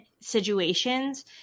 situations